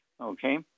okay